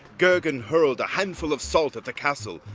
gergan hurled a handful of salt at the castle,